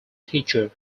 teacher